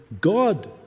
God